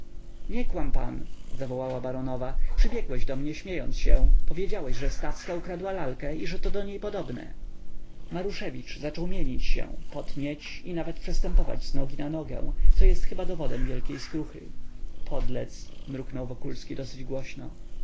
nie kłam pan zawołała baronowa przybiegłeś do mnie śmiejąc się powiedziałeś że stawska ukradła lalkę i że to do niej podobne maruszewicz zaczął mienić się potnieć i nawet przestępować z nogi na nogę co jest chyba dowodem wielkiej skruchy podlec mruknął wokulski dosyć głośno